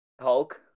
Hulk